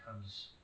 comes